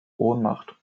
ohnmacht